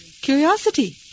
curiosity